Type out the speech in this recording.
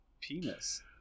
penis